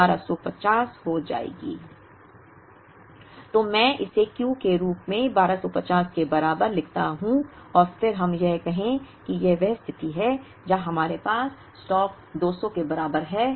तो मैं इसे Q के रूप में 1250 के बराबर लिखता हूं और फिर हम यह कहें कि यह वह स्थिति है जहां हमारे पास स्टॉक 200 के बराबर है